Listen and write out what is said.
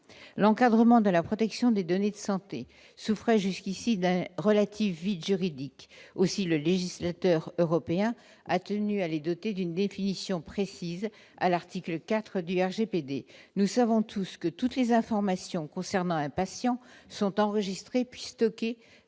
l'encadrement de la protection des données de santé souffrait jusqu'ici d'un relatif vide juridique aussi le législateur européen a tenu à les doter d'une définition précise à l'article 4 du RGPD nous savons tous que toutes les informations concernant un patient sont enregistrées puis stockées